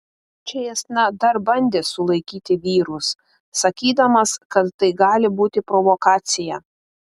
čėsna dar bandė sulaikyti vyrus sakydamas kad tai gali būti provokacija